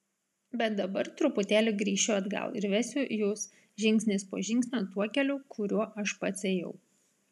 bet dabar truputėlį grįšiu atgal ir vesiu jus žingsnis po žingsnio tuo keliu kuriuo aš pats ėjau